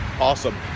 awesome